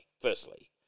firstly